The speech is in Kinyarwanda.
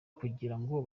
kugirango